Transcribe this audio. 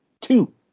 two